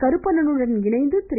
கருப்பணனுடன் இணைந்து திரு